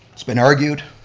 it's been argued,